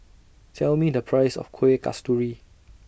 Tell Me The Price of Kueh Kasturi